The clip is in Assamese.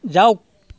যাওক